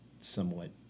somewhat